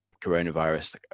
coronavirus